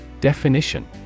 Definition